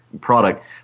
product